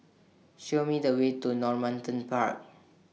Show Me The Way to Normanton Park